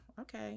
okay